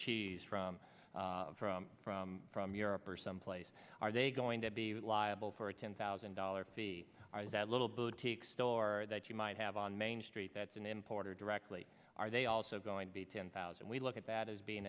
cheese from from from europe or someplace are they going to be liable for a ten thousand dollars fee or is that little boutique store that you might have on main street that's an importer directly are they also going to be ten thousand we look at that as being